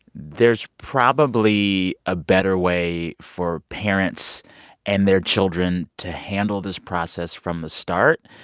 there's probably a better way for parents and their children to handle this process from the start.